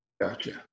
Gotcha